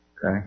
Okay